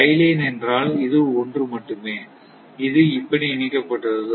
tie line என்றால் இது ஒன்று மட்டுமே இது இப்படி இணைக்கப்பட்டுள்ளது